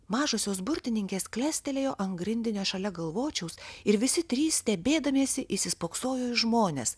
mažosios burtininkės klestelėjo ant grindinio šalia galvočiaus ir visi trys stebėdamiesi įsispoksojo į žmones